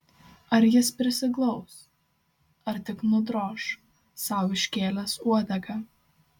ar jis prisiglaus ar tik nudroš sau iškėlęs uodegą